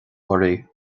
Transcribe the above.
oraibh